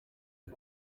ubu